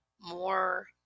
more